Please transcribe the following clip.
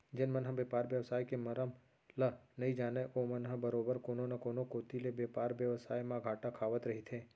जेन मन ह बेपार बेवसाय के मरम ल नइ जानय ओमन ह बरोबर कोनो न कोनो कोती ले बेपार बेवसाय म घाटा खावत रहिथे